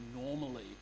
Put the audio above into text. normally